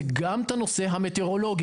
זה גם את הנושא המטאורולוגי.